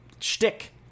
shtick